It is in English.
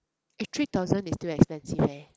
eh three thousand is too expensive leh